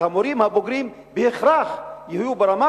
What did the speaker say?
אז המורים הבוגרים בהכרח יהיו ברמה